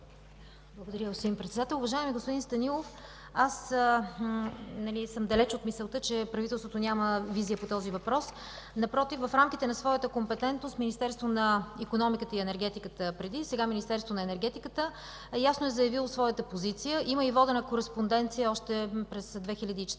Благодаря, господин Председател. Уважаеми господин Станилов, далеч съм от мисълта, че правителството няма визия по този въпрос. Напротив, в рамките на своята компетентност Министерството на икономиката и енергетиката преди, сега Министерството на енергетиката ясно е заявило своята позиция. Има и водена кореспонденция още в средата